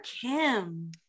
Kim